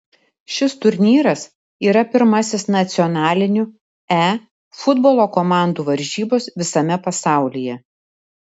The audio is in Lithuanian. šis turnyras yra pirmasis nacionalinių e futbolo komandų varžybos visame pasaulyje